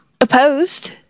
opposed